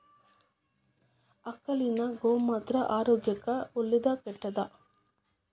ಆಕಳಿನ ಗೋಮೂತ್ರ ಆರೋಗ್ಯಕ್ಕ ಒಳ್ಳೆದಾ ಕೆಟ್ಟದಾ?